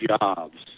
jobs